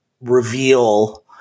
reveal